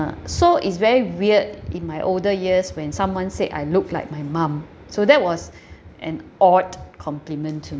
so it's very weird in my older years when someone said I looked like my mum so that was an odd compliment to